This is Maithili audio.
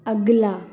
अगिला